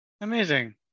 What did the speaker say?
Amazing